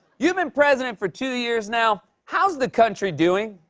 you've been president for two years now. how's the country doing?